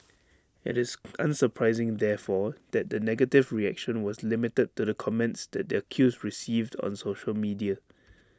IT is unsurprising therefore that the negative reaction was limited to the comments that the accused received on social media